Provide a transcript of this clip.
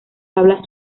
tablas